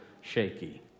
shaky